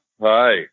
Hi